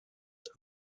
have